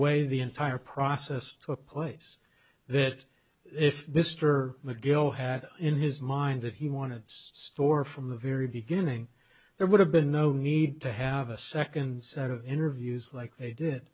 way the entire process to a place that if this tour mcgill had in his mind that he want to store from the very beginning there would have been no need to have a second set of interviews like they did